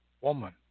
woman